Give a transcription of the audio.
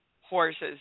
horses